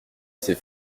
ses